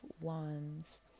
Wands